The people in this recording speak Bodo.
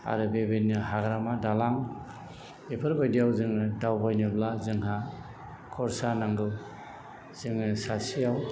आरो बेबायदिनो हाग्रामा दालां बेफोर बायदियाव जोङो दावबायनोब्ला जोंहा खर्सा नांगौ जोङो सासेयाव